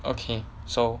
okay so